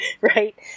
right